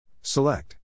Select